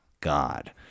God